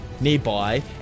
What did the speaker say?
Nearby